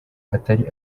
atari